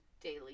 daily